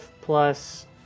plus